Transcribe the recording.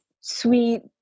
sweet